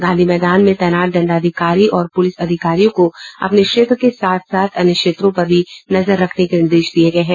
गांधी मैदान में तैनात दंडाधिकारी और पुलिस अधिकारियों को अपने क्षेत्र के साथ साथ अन्य क्षेत्रों पर भी नजर रखने के निर्देश दिये गये हैं